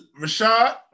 Rashad